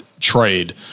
trade